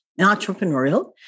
entrepreneurial